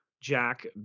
Jack